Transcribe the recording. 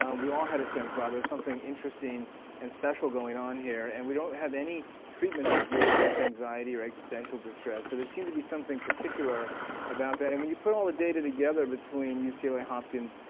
um we all had a sense, wow there's something interesting and special going on here. and we don't have any treatments that deal with death anxiety or existential distress. so there seemed to be something particular about that. and when you put all the data together between ucla, so ah hopkins,